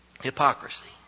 hypocrisy